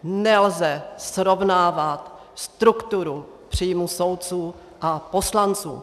Nelze srovnávat strukturu příjmů soudců a poslanců.